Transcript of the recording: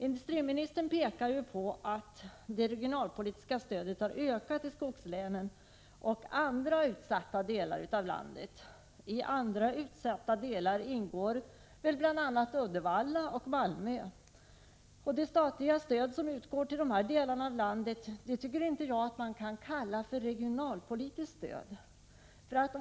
Industriministern framhåller att det regionalpolitiska stödet har ökat i skogslänen och i andra utsatta delar av landet. I ”andra utsatta delar” ingår väl bl.a. Uddevalla och Malmö? Det statliga stöd som utgår till dessa delar av landet tycker jag inte att man kan kalla regionalpolitiskt stöd.